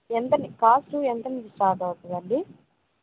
ఎంతండీ cost ఎంతనుంచి start అవుతుందండి